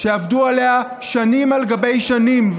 שעבדו עליה שנים על גבי שנים,